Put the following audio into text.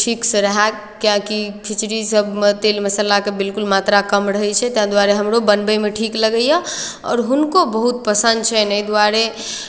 ठीकसँ रहए किएकि खिचड़ी सभमे तेल मसल्लाके बिल्कुल मात्रा कम रहै छै तैँ दुआरे हमरो बनबयमे ठीक लगैए आओर हुनको बहुत पसन्द छनि एहि दुआरे